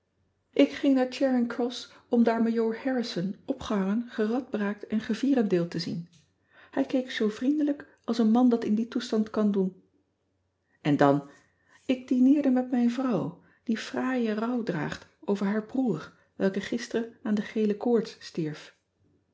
k ging naar haring ross om daar ajoor arrison opgehangen geradbraakt en gevierendeeld te zien ij keek zoo vriendelijk als een man dat in dien toestand kan doen n dan k dineerde met mijn vrouw die fraaie rouw draagt over haar broer welke gisteren aan de gele koorts stierf